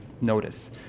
notice